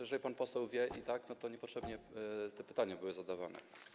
Jeżeli pan poseł i tak wie, to niepotrzebnie te pytania były zadawane.